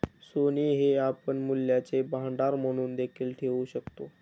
सोने हे आपण मूल्यांचे भांडार म्हणून देखील ठेवू शकतो